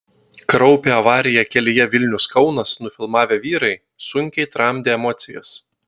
kraupią avariją kelyje vilnius kaunas nufilmavę vyrai sunkiai tramdė emocijas